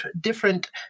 different